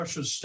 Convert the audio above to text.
RUSSIA'S